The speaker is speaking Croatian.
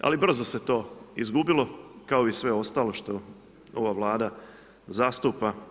Ali brzo se to izgubilo kao i sve ostalo što ova Vlada zastupa.